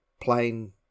plain